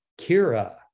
Kira